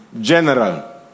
general